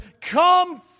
come